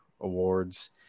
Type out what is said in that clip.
awards